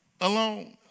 alone